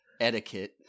etiquette